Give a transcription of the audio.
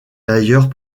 d’ailleurs